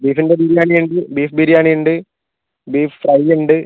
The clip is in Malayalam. ബീഫിൻ്റെ ബിരിയാണിയാണെങ്കിൽ ബീഫ് ബിരിയാണി ഉണ്ട് ബീഫ് ഫ്രൈ ഉണ്ട്